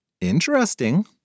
interesting